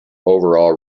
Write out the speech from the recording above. overall